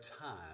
time